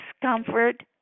discomfort